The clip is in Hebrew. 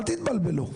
אל תתבלבלו.